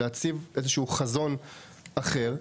להציג איזהו חזון אחר.